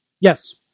Yes